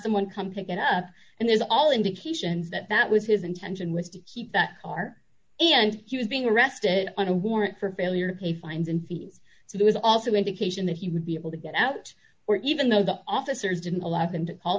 someone come pick it up and there's all indications that that was his intention was to keep that car and he was being arrested on a warrant for failure to pay fines and fees so there was also indication that he would be able to get out or even though the officers didn't allow them to call